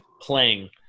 playing